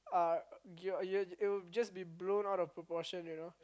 uh your your it'll just be blown out of proportion you know